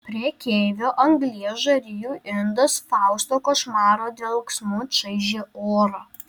prekeivio anglies žarijų indas fausto košmaro dvelksmu čaižė orą